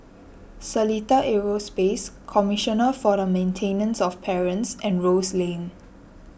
Seletar Aerospace Commissioner for the Maintenance of Parents and Rose Lane